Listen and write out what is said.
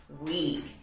week